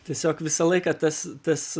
tiesiog visą laiką tas tas